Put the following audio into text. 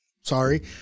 Sorry